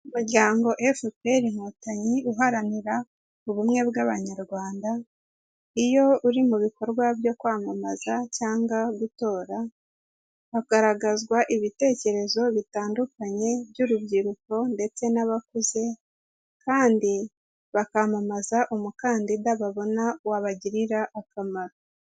Umuryango fpr inkotanyi uharanira ubumwe bw'abanyarwanda iyo uri mu bikorwa byo kwamamaza cyangwa gutora hagaragazwa ibitekerezo bitandukanye by'urubyiruko ndetse n'abakuze kandi bakamamaza umukandida babona wabagirira akamaro.